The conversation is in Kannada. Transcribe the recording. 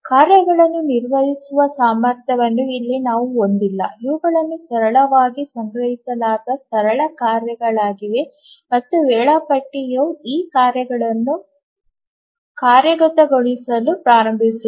ಕಾರ್ಯಗಳನ್ನು ನಿರ್ವಹಿಸುವ ಸಾಮರ್ಥ್ಯವನ್ನು ಇಲ್ಲಿ ನಾವು ಹೊಂದಿಲ್ಲ ಇವುಗಳು ಸರಳವಾಗಿ ಸಂಗ್ರಹಿಸಲಾದ ಸರಳ ಕಾರ್ಯಕ್ರಮಗಳಾಗಿವೆ ಮತ್ತು ವೇಳಾಪಟ್ಟಿ ಈ ಕಾರ್ಯಕ್ರಮಗಳನ್ನು ಕಾರ್ಯಗತಗೊಳಿಸಲು ಪ್ರಾರಂಭಿಸುತ್ತದೆ